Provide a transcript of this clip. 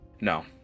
No